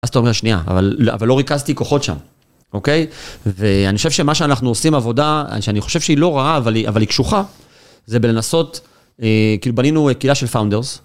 אז אתה אומר שנייה, אבל לא ריכזתי כוחות שם, אוקיי? ואני חושב שמה שאנחנו עושים עבודה, שאני חושב שהיא לא רעה, אבל היא קשוחה, זה בלנסות, בנינו קהילה של פאונדרס.